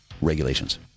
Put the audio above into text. Regulations